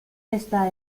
esta